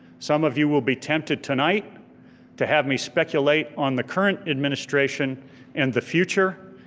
some of you will be tempted tonight to have me speculate on the current administration and the future.